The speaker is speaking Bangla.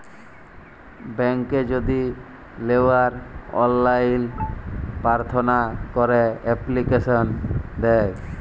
ব্যাংকে যদি লেওয়ার অললাইন পার্থনা ক্যরা এপ্লিকেশন দেয়